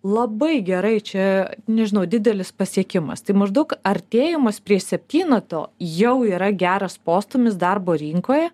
labai gerai čia nežinau didelis pasiekimas tai maždaug artėjimas prie septyneto jau yra geras postūmis darbo rinkoje